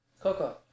Coco